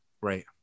Right